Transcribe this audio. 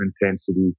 intensity